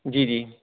جی جی